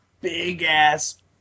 big-ass